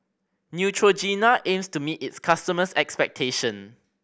Neutrogena aims to meet its customers' expectation